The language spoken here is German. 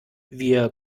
wir